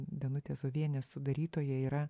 danutė zovienė sudarytoja yra